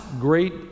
great